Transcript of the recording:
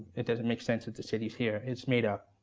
it doesn't make sense if the city's here. it's made up.